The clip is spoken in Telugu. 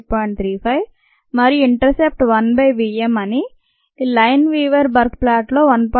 35 మరియు intercept 1 by v m అని లైన్ వీవర్ బర్క్ ప్లాట్ లో 1